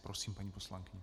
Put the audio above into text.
Prosím, paní poslankyně.